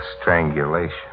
strangulation